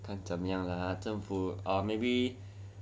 看怎么样 lah oh 政府 uh maybe